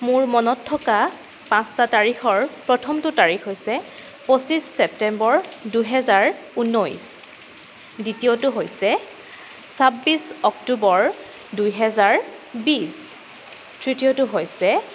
মোৰ মনত থকা পাঁচটা তাৰিখৰ প্ৰথমটো তাৰিখ হৈছে পঁচিছ ছেপ্তেম্বৰ দুহেজাৰ ঊনৈছ দ্বিতীয়টো হৈছে ছাব্বিছ অক্টোবৰ দুহেজাৰ বিছ তৃতীয়টো হৈছে